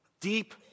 deep